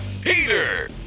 Peter